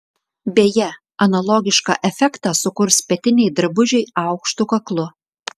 beje analogišką efektą sukurs petiniai drabužiai aukštu kaklu